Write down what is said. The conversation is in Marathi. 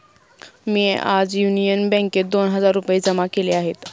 मी आज युनियन बँकेत दोन हजार रुपये जमा केले आहेत